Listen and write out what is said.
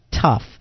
tough